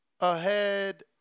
Ahead